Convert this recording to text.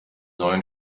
neuen